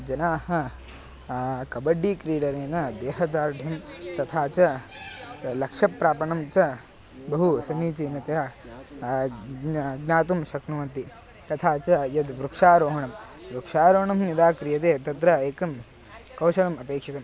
जनाः कबड्डीक्रीडनेन देहदार्ढ्यं तथा च लक्षप्रापणं च बहु समीचीनतया ज्ञा ज्ञातुं शक्नुवन्ति तथा च यद् वृक्षारोहणं वृक्षारोहणं यदा क्रियते तत्र एकं कौशलम् अपेक्षितम्